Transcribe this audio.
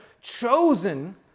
chosen